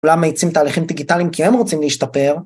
‫כולם מאיצים תהליכים דיגיטליים ‫כי הם רוצים להשתפר.